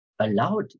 allowed